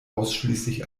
ausschließlich